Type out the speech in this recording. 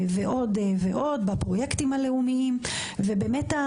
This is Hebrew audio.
בפרויקטים הלאומיים ועוד.